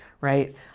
right